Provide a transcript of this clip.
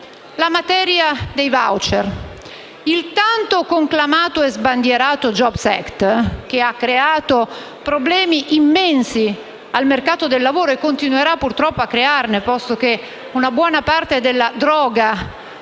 la materia dei *voucher*. Il tanto conclamato e sbandierato *jobs act* ha creato problemi immensi al mercato del lavoro e continuerà, purtroppo, a crearne, posto che una buona parte della droga